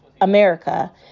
America